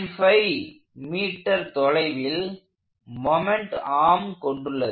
5m தொலைவில் moment arm கொண்டுள்ளது